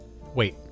wait